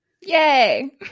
Yay